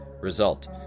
Result